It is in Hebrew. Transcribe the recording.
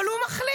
אבל הוא מחליט.